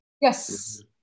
Yes